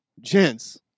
Gents